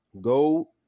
go